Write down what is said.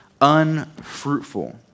unfruitful